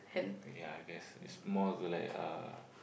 I ya I guess is more to like uh